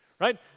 right